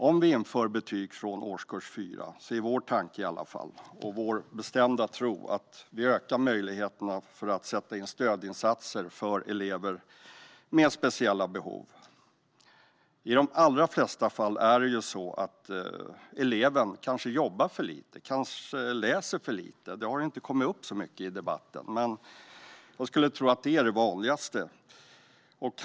Om vi inför betyg från årskurs 4 är vår tanke och vår bestämda tro att vi ökar möjligheterna att sätta in stödinsatser för elever med speciella behov. I de allra flesta fall jobbar eleven kanske för lite och läser kanske för lite. Det har inte kommit upp så mycket i debatten, men jag skulle tro att det är den vanligaste orsaken.